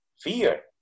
fear